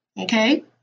Okay